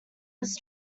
his